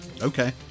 Okay